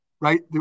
right